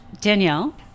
Danielle